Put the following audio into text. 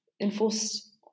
enforced